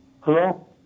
Hello